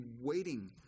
waiting